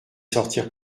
sortir